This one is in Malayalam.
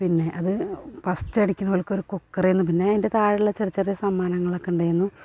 പിന്നെ അത് ഫസ്റ്റ് അടിക്കുന്നവർക്ക് ഒരു കുക്കർ ആയിരുന്നു പിന്നെ അതിൻറ്റെ താഴെയുള്ള ചെറി ചെറിയ സമ്മാനങ്ങളൊക്കെ ഉണ്ടായിരുന്നു